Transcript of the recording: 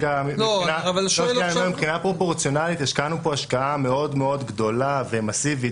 אז מבחינה פרופורציונלית השקענו פה השקעה מאוד מאוד גדולה ומסיבית